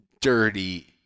dirty